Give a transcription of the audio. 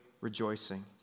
rejoicing